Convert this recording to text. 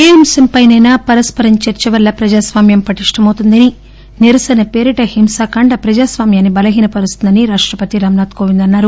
ఏ అంశం ప్రైనైనా పరస్పరం చర్చ వల్ల ప్రజాస్వామ్యం పటిష్టం అవుతుందనీ నిరసన పేరిట హింసాకాండ ప్రజాస్వామ్యాన్ని బలహీనపరుస్తుందనీ రాష్టపతి రామ్ నాథ్ కోవింద్ అన్సారు